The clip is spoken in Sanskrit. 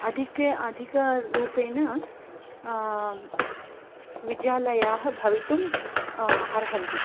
अधिके अधिकरूपेण विद्यालयाः भवितुं अर्हन्ति